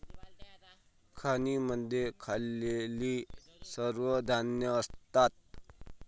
खाणींमध्ये खाल्लेली सर्व धान्ये असतात